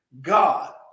God